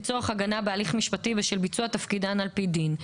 לצורך הגנה בהליך משפטי בשל ביצוע תפקידן על פי דין.